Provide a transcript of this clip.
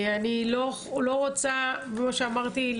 כפי שאמרתי,